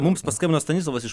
mums paskambino stanislovas iš